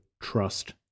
trust